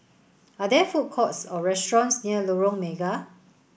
are there food courts or restaurants near Lorong Mega